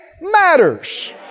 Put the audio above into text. matters